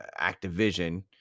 Activision